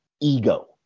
ego